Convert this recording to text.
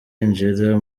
yinjira